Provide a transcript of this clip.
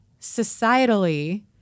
societally